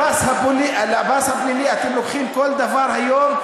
לפס הפלילי אתם לוקחים כל דבר היום.